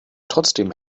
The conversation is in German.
trotzdem